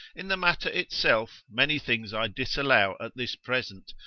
in the matter itself, many things i disallow at this present,